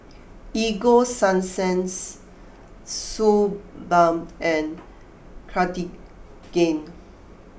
Ego sunsense Suu Balm and Cartigain